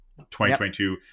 2022